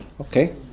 Okay